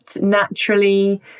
naturally